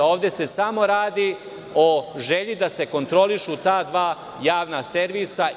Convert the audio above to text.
Ovde se samo radi o želji da se kontrolišu ta dva javna servisa.